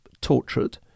tortured